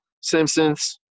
simpsons